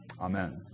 Amen